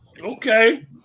Okay